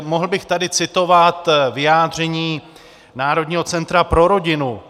Mohl bych tady citovat vyjádření Národního centra pro rodinu.